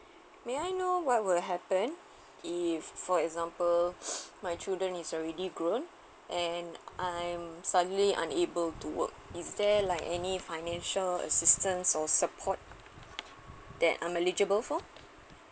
may I know what will happen if for example my children is already grown and I'm suddenly unable to work is there like any financial assistance or support that I'm eligible for